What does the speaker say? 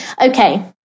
Okay